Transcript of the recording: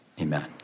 amen